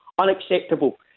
unacceptable